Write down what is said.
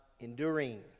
enduring